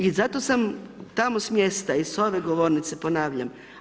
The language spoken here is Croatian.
I zato sam tamo s mjesta i s ove govornice ponavljam.